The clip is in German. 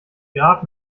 grab